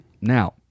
Now